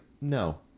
no